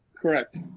Correct